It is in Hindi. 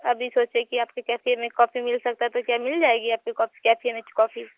अभी सोचे कि आपके कैफे में कॉफी मिल सकता है तो क्या मिल जाएगी आपके कॉफी कैफे में कॉफी